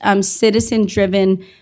citizen-driven